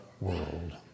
world